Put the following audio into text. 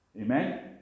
Amen